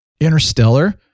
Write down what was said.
Interstellar